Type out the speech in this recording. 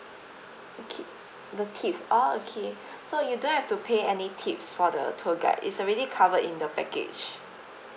okay the tips orh okay so you don't have to pay any tips for the tour guide it's already covered in the package